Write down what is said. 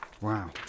Wow